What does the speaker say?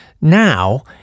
now